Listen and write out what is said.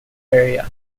area